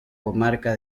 comarca